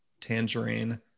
tangerine